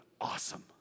awesome